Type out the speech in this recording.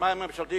השמאי הממשלתי